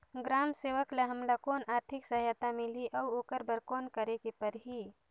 ग्राम सेवक ल हमला कौन आरथिक सहायता मिलही अउ ओकर बर कौन करे के परही?